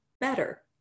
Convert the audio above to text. better